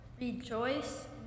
rejoice